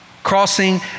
Crossing